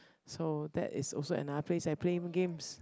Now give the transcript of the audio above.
so that is also another place that I'm playing games